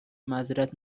معذرت